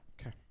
okay